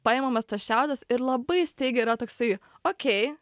paimamas tas šiaudas ir labai staigiai yra toksai okei